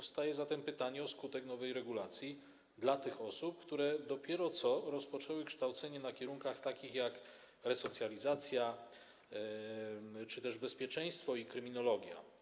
Nasuwa się zatem pytanie o skutek nowej regulacji dla tych osób, które dopiero co rozpoczęły kształcenie na kierunkach takich jak resocjalizacja czy bezpieczeństwo i kryminologia.